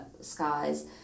skies